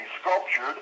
sculptured